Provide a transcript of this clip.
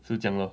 so 这样 lor